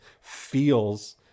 feels